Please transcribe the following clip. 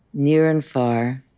near and far,